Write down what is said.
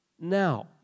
now